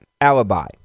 alibi